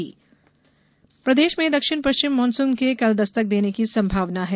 मौसम प्रदेश में दक्षिण पश्चिम मानसून के कल दस्तक देने की संभावना है